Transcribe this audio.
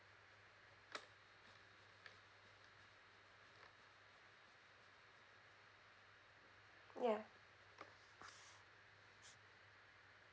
yeah